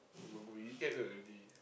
we we ate already